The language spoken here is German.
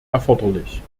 erforderlich